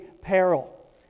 peril